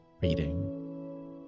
reading